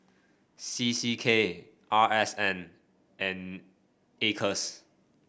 C C K R S N and Acres